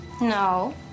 No